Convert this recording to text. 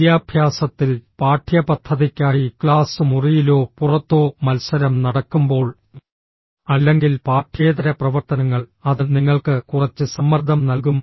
വിദ്യാഭ്യാസത്തിൽ പാഠ്യപദ്ധതിക്കായി ക്ലാസ് മുറിയിലോ പുറത്തോ മത്സരം നടക്കുമ്പോൾ അല്ലെങ്കിൽ പാഠ്യേതര പ്രവർത്തനങ്ങൾ അത് നിങ്ങൾക്ക് കുറച്ച് സമ്മർദ്ദം നൽകും